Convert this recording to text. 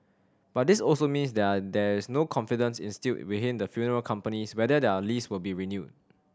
but this also means they're there is no confidence instilled within the funeral companies whether their lease will be renewed